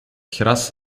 gras